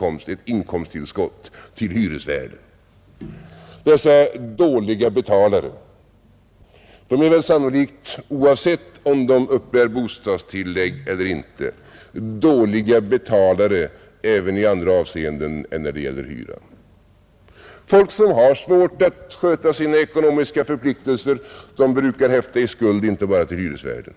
Oavsett om dessa dåliga betalare uppbär bostadstillägg eller inte är de säkerligen dåliga betalare även i andra avseenden än när det gäller hyran, Folk som har svårt att sköta sina ekonomiska förpliktelser brukar häfta i skuld inte bara till hyresvärden.